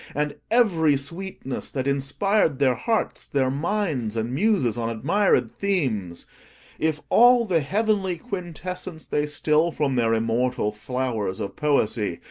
and every sweetness that inspir'd their hearts, their minds, and muses on admired themes if all the heavenly quintessence they still from their immortal flowers of poesy,